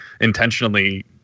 intentionally